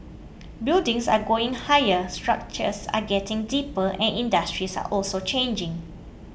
buildings are going higher structures are getting deeper and industries are also changing